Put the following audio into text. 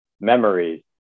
memories